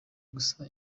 gusa